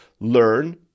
learn